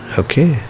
okay